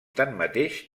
tanmateix